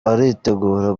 aritegura